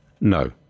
No